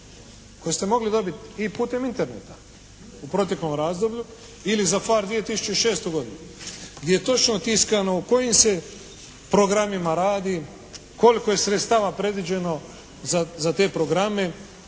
koju ste mogli dobit i recimo putem Interneta u protekom razdoblju ili za PHARE za 2006. godinu, gdje je točno tiskano u kojim se programima radi, koliko je sredstava predviđeno za te programe.